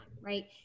right